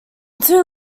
two